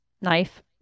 knife